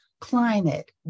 climate